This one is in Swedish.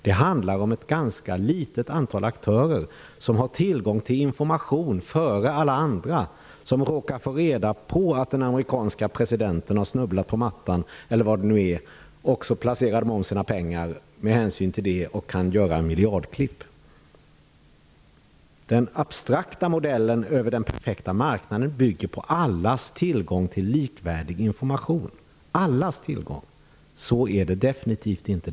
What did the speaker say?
Det handlar om ett ganska litet antal aktörer som har tillgång till information före alla andra. De råkar få reda på att den amerikanska presidenten han snubblat på mattan, eller vad det nu är, och så placerar de om sina pengar med hänsyn till det och kan göra miljardklipp. Den abstrakta modellen över den perfekta marknaden bygger på allas tillgång till likvärdig information. Så är det definitivt inte.